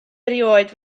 erioed